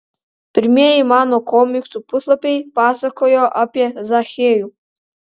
pirmieji mano komiksų puslapiai pasakojo apie zachiejų